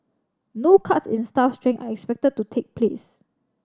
no cuts in staff strength are expected to take place